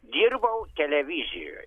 dirbau televizijoj